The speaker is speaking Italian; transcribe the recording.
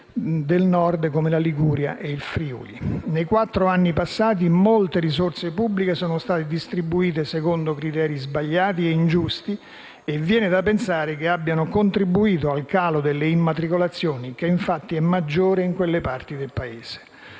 del Nord, come in Liguria e in Friuli. Nei quattro anni passati molte risorse pubbliche sono state distribuite secondo criteri sbagliati e ingiusti, e viene da pensare che abbiano contribuito al calo delle immatricolazioni, che infatti è maggiore in quelle parti del Paese.